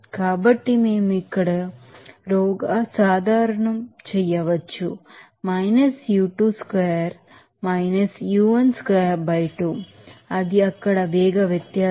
కాబట్టి మేము ఇక్కడ రో గా సాధారణం చేయవచ్చు u2 squared - u1 squared by 2 అది అక్కడ వేగ వ్యత్యాసం